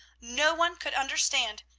no one could understand,